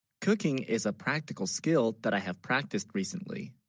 cooking is a practical skill that i have practiced recently